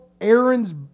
Aaron's